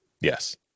Yes